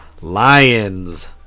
Lions